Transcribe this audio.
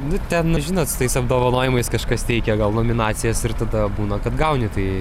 nu ten nu žinot su tais apdovanojimais kažkas teikia gal nominacijos ir tada būna kad gauni tai